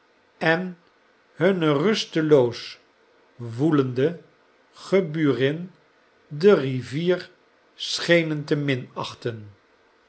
en hunne rusteloos woelende geburin de rivier schenen te